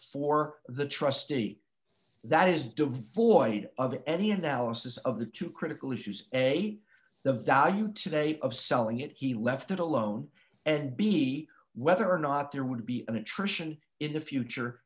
for the trustee that is devoid of any analysis of the two critical issues a the value today of selling it he left it alone and be whether or not there would be an attrition in the future